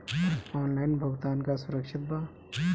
Online भुगतान का सुरक्षित बा?